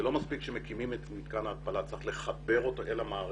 זה לא מספיק שמקימים את מתקן ההתפלה אלא צריך לחבר אותו אל המערכת.